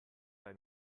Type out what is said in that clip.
bei